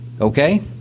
Okay